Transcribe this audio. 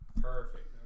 Perfect